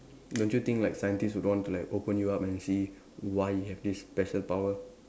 don't you think like scientists would want to like open you up and see why you have this special power